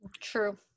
true